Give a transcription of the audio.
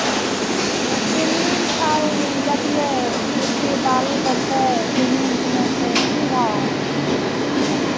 हँ सीमेंट आर लैतिए गिट्टी बालू तऽ छै सीमेंट नहि छै की भाव देबै